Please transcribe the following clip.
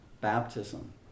baptism